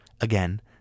again